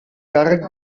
càrrec